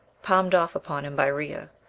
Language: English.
palmed off upon him by rhea,